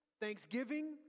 thanksgiving